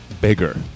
bigger